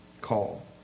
call